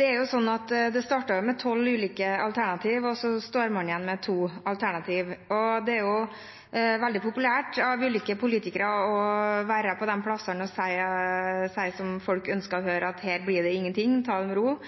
Det startet med tolv ulike alternativer, og man står igjen med to. Det er veldig populært blant ulike politikere å være på disse stedene og si det folk ønsker å høre: Her blir det ingenting, ta det med ro.